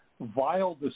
vile